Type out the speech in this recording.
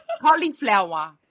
cauliflower